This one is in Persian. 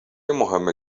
مهم